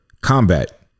combat